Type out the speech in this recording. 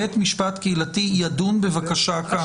בית משפט קהילתי ידון בבקשה כאמור".